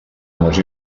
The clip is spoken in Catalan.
molts